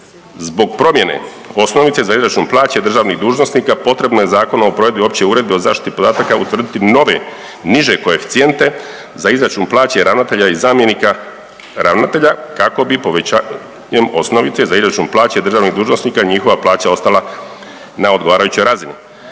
Zbog promjene osnovice za izračun plaće državnih dužnosnika, potrebno je Zakon o provedbi Opće uredbe o zaštiti podataka utvrditi nove niže koeficijente za izračun plaće ravnatelja i zamjenika ravnatelja, kako bi povećanjem osnovnice za izračun plaće državnih dužnosnika njihova plaća ostala na odgovarajućoj razini